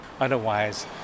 Otherwise